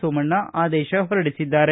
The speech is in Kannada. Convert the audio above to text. ಸೋಮಣ್ಣ ಆದೇಶ ಹೊರಡಿಸಿದ್ದಾರೆ